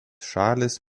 šalys